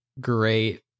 great